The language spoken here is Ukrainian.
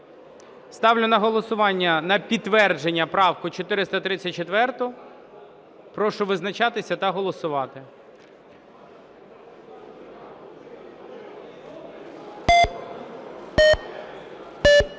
Ставлю на голосування, на підтвердження, правку 434. Прошу визначатися та голосувати.